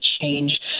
change